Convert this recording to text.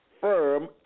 firm